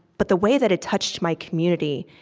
but the way that it touched my community,